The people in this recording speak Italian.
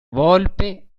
volpe